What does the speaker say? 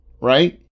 right